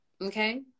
okay